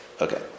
Okay